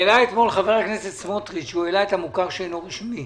העלה אתמול חבר הכנסת סמוטריץ' את המוכר שאינו רשמי.